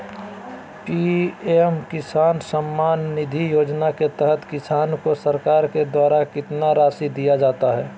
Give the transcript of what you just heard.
PM Kisan Samman Nidhi योजना के तहत किसान को सरकार के द्वारा कितना रासि दिया जाता है?